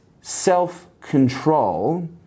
self-control